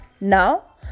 Now